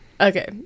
Okay